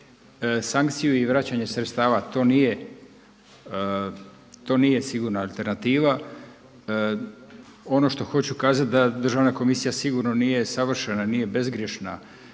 sankciju i vraćanje sredstava. To nije sigurna alternativa. Ono što hoću kazati da državna komisija sigurno nije savršena nije bezgrješna